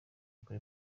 kuri